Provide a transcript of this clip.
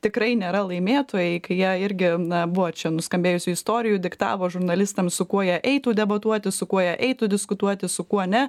tikrai nėra laimėtojai kai jie irgi na buvo čia nuskambėjusių istorijų diktavo žurnalistams su kuo jie eitų debatuoti su kuo jie eitų diskutuoti su kuo ne